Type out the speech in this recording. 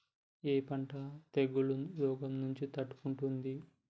ఏ పంట తెగుళ్ల రోగం నుంచి తట్టుకుంటుంది?